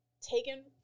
taken